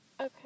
Okay